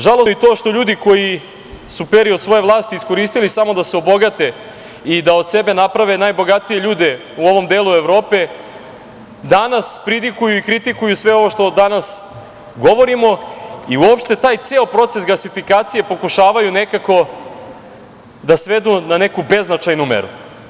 Žalosno je i to što ljudi koji su period svoje vlasti iskoristili samo da se obogate i da od sebe naprave najbogatije ljude u ovom delu Evrope, danas pridikuju i kritikuju sve ovo što danas govorimo i uopšte taj ceo proces gasifikacije pokušavaju nekako da svedu na neku beznačajnu meru.